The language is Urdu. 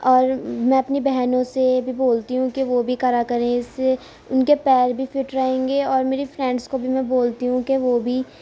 اور میں اپنی بہنوں سے بھی بولتی ہوں کہ وہ بھی کرا کریں اس سے ان کے پیر بھی فٹ رہیں گے اور میری فرینڈس کو بھی میں بولتی ہوں کہ وہ بھی